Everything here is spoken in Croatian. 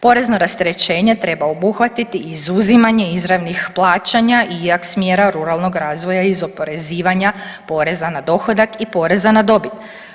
Porezno rasterećenje treba obuhvatiti izuzimanje izravnih plaćanja … [[Govornik se ne razumije]] smjera ruralnog razvoja iz oporezivanja poreza na dohodak i poreza na dobit.